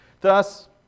Thus